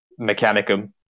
Mechanicum